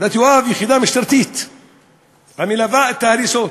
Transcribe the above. יחידת יואב היא יחידה משטרתית המלווה את ההריסות.